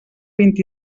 vint